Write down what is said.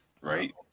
Right